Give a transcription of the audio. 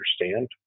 understand